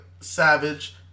Savage